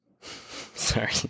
Sorry